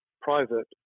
private